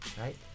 Right